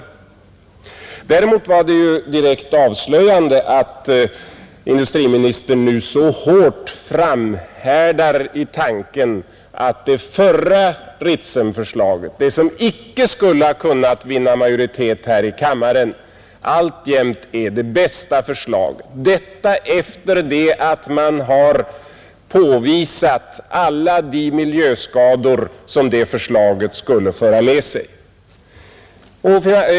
Däremot var det direkt avslöjande att industriministern nu så hårt framhärdar i tanken att det förra Ritsemförslaget, som icke skulle ha kunnat vinna majoritet här i kammaren, alltjämt är det bästa förslaget, detta efter det att man har påvisat alla de miljöskador som det förslaget skulle föra med sig.